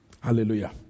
Hallelujah